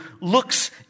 looks